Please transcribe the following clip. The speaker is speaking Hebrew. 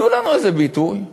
תנו לנו איזה ביטוי.